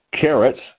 carrots